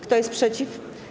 Kto jest przeciw?